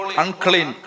unclean